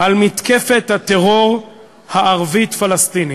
על מתקפת הטרור הערבית-פלסטינית,